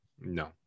no